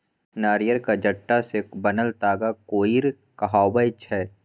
नारियरक जट्टा सँ बनल ताग कोइर कहाबै छै